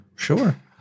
Sure